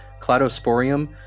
Cladosporium